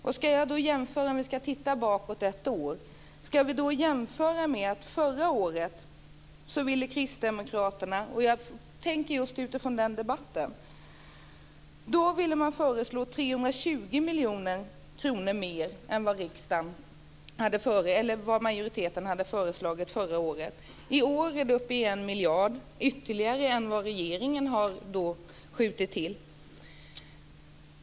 Om man gör en jämförelse med förra årets debatt föreslog Kristdemokraterna 320 miljoner kronor mer än vad majoriteten hade föreslagit. I år är beloppet uppe i 1 miljard utöver vad regeringen har skjutit till.